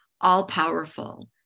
all-powerful